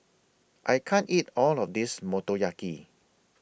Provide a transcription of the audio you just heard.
I can't eat All of This Motoyaki